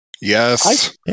yes